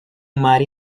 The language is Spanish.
mar